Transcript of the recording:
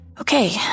okay